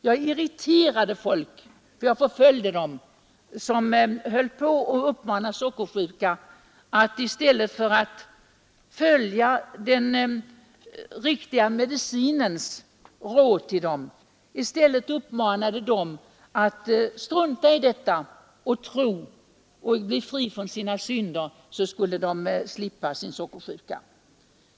Jag irriterade och förföljde de där människorna som uppmanade de sockersjuka att strunta i de riktiga medicinska råden och att i stället tro och befria sig från sina synder, ty då skulle de slippa sin sjukdom.